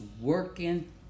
working